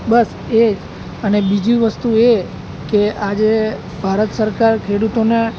બસ એ જ અને બીજી વસ્તુ એ કે આજે ભારત સરકાર ખેડૂતોને